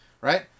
right